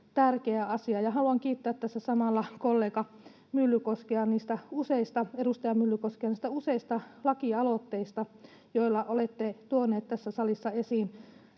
tärkeä asia. Ja haluan kiittää tässä samalla kollega, edustaja Myllykoskea niistä useista lakialoitteista, joilla olette tuonut tässä salissa esiin